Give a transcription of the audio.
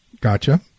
Gotcha